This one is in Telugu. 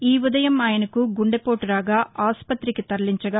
ఈ ఉదయం ఆయనకు గుండెపోటు రాగా ఆసుపత్రికి తరలించగా